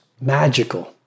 magical